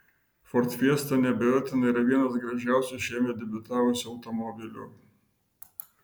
ford fiesta neabejotinai yra vienas gražiausių šiemet debiutavusių automobilių